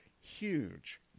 Huge